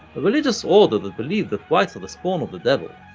a religious order that believed that whites are the spawn of the devil,